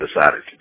decided